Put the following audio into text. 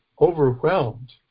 overwhelmed